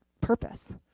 purpose